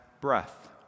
breath